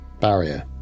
barrier